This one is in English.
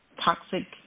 toxic